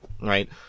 right